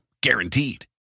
Guaranteed